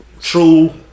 True